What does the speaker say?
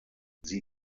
sie